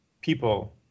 people